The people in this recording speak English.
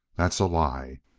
that's a lie.